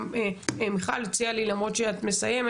גם מיכל הציעה לי כן להגיע.